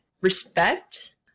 respect